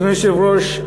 אדוני היושב-ראש,